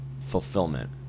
fulfillment